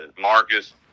Marcus